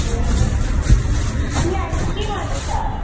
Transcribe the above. ए अनि अहिले चाहिँ के गर्दैछ